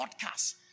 podcast